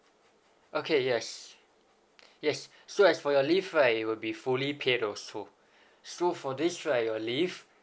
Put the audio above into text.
okay yes yes so as for your leave right it will be fully paid also so for this right your leave